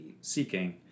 seeking